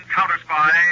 Counter-Spy